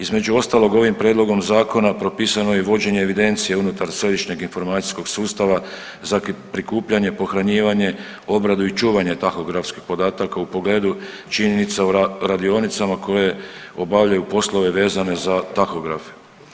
Između ostalog, ovim prijedlogom Zakona propisano je i vođenje evidencije unutar središnjeg informacijskog sustava za prikupljanje, pohranjivanje, obradu i čuvanje tahografskih podataka u pogledu činjenica, radionicama koje obavljaju poslove vezane za tahografe.